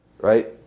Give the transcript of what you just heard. right